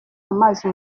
amazi